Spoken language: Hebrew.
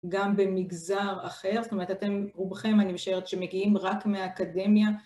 גם במגזר אחר, זאת אומרת אתם רובכם אני משערת שמגיעים רק מהאקדמיה.